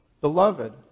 Beloved